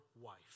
wife